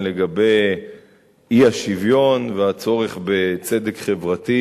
לגבי האי-שוויון והצורך בצדק חברתי,